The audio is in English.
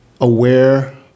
aware